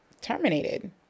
terminated